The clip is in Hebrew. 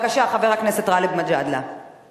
חבר הכנסת גאלב מג'אדלה, בבקשה.